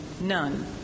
none